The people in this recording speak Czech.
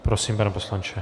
Prosím, pane poslanče.